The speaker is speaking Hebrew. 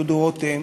דודו רותם,